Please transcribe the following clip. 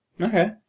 Okay